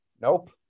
nope